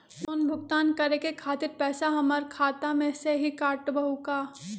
Loan भुगतान करे के खातिर पैसा हमर खाता में से ही काटबहु का?